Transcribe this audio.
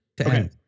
Okay